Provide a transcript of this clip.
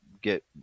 get